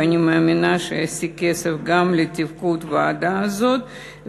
ואני מאמינה שהוא ישיג כסף גם לתפקוד הוועדה הזאת,